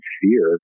fear